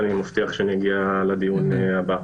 אני מבטיח שאגיע לדיון הבא.